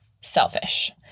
selfish